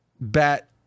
bet